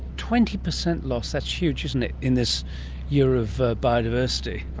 twenty percent loss, that's huge, isn't it, in this year of biodiversity.